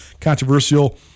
controversial